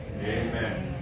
Amen